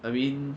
I mean